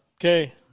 Okay